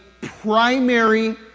primary